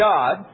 God